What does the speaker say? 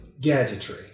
gadgetry